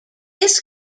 this